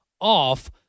off